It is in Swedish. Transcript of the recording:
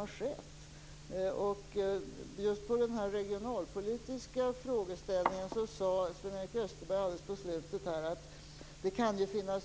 Vad gäller just den regionalpolitiska frågan sade Sven-Erik Österberg alldeles nyss att det kan finnas